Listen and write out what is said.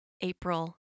April